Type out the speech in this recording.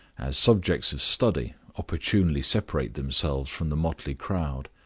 as subjects of study, opportunely separate themselves from the motley crowd.